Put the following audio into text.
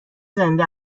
زنده